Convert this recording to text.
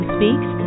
Speaks